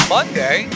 Monday